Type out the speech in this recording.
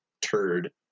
turd